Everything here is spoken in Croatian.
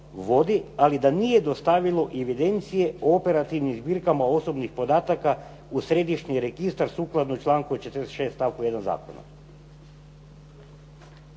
ali da nije dostavilo i evidencije o operativnim zbirkama osobnih podataka u središnji registar sukladno članku 46. stavku 1. zakona.